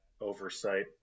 oversight